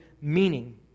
meaning